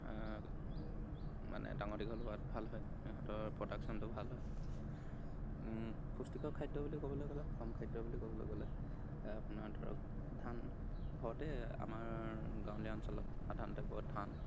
মানে ডাঙৰ দীঘল হোৱাত ভাল হয় সিহঁতৰ প্ৰডাকছনটো ভাল হয় পুষ্টিকৰ খাদ্য় বুলি ক'বলৈ গলে সুষম খাদ্য় বুলি ক'বলৈ গ'লে আপোনাৰ ধৰক ধান ঘৰতে আমাৰ গাঁৱলীয়া অঞ্চলত সাধাৰণতে পোৱা ধান